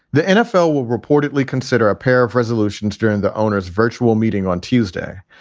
the nfl will reportedly consider a pair of resolutions during the owners virtual meeting on tuesday.